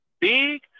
big